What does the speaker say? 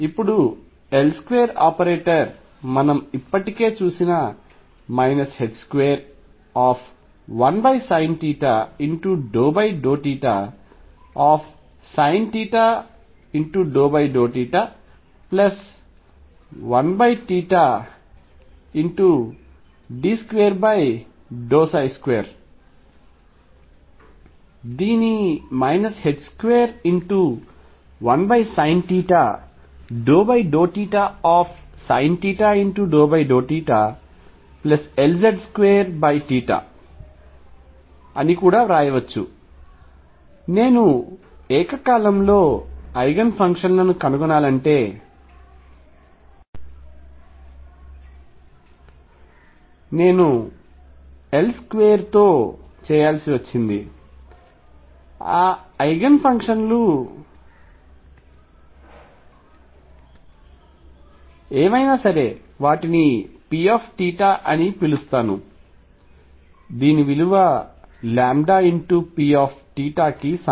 ఇప్పుడు L2 operator మనము ఇప్పటికే చూసిన 21sinθ∂θsinθ∂θ 1 22 దీనిని 21sinθ∂θsinθ∂θ Lz2 కూడా వ్రాయవచ్చు నేను ఏకకాలంలో ఐగెన్ ఫంక్షన్ లను కనుగొనాలనుకుంటే నేను L2 తో చేయాల్సి వచ్చింది ఆ ఐగెన్ ఫంక్షన్ లు ఏవైనా సరే వాటిని Pθ అని పిలుస్తాను దీని విలువ Pθకు సమానం